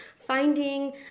finding